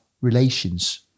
relations